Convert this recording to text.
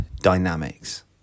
dynamics